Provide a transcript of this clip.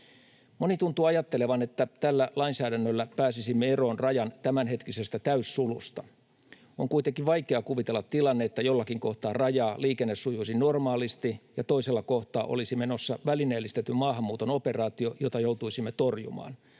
Moni tuntuu ajattelevan, että tällä lainsäädännöllä pääsisimme eroon rajan tämänhetkisestä täyssulusta. On kuitenkin vaikea kuvitella tilannetta, että jollakin kohtaa rajaa liikenne sujuisi normaalisti ja toisella kohtaa olisi menossa välineellistetyn maahanmuuton operaatio, jota joutuisimme torjumaan.